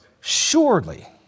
surely